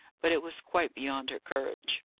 but it was quite beyond her courage.